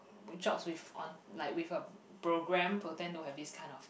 with job with on like with a program potent to have this kind of things